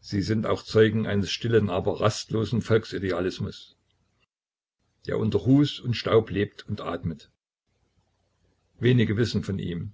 sie sind auch zeugen eines stillen aber rastlosen volksidealismus der unter ruß und staub lebt und atmet wenige wissen von ihm